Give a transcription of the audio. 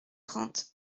trente